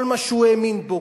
כל מה שהוא האמין בו,